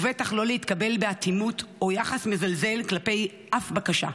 ובטח לא להתקבל באטימות או יחס מזלזל כלפי אף בקשה,